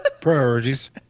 Priorities